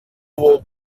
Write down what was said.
will